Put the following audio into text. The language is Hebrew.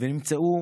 ונמצאו